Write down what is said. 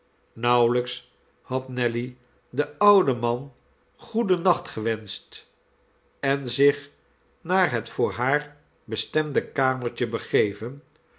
nauwelijks had nelly den ouden man goeden nacht gewenscht en zich naar het voor haar bestemde kamertje begeven